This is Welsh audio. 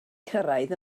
cyrraedd